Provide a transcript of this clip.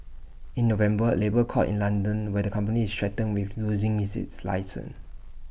in November A labour court in London where the company is threatened with losing its its license